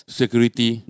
security